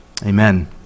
Amen